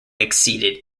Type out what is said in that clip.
exceeded